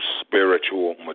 spiritual